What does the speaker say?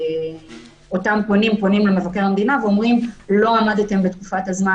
אותם פונים פונים למבקר המדינה ואומרים: לא עמדתם בתקופת הזמן